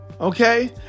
Okay